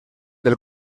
del